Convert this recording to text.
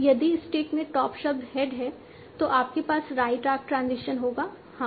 यदि स्टैक में टॉप शब्द हेड है तो आपके पास राइट आर्क ट्रांजिशन होगा हाँ